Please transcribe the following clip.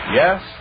Yes